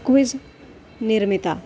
quiz निर्मिता